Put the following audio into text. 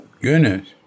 Goodness